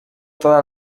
toda